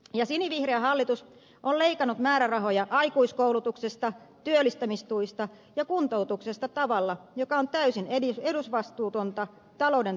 ja sinivihreä hallitus on leikannut määrärahoja aikuiskoulutuksesta työllistämistuista ja kuntoutuksesta tavalla joka on täysin edesvastuutonta talouden taantuman aikana